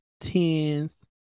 tens